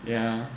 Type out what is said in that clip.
yeah